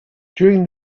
during